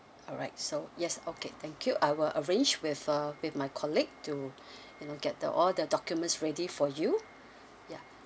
alright so yes okay thank you I will arrange with uh with my colleague to you know get the all the documents ready for you ya